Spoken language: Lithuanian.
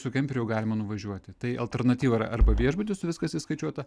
su kemperiu jau galima nuvažiuoti tai alternatyva arba viešbutis su viskas įskaičiuota